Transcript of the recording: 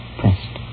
pressed